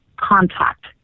contact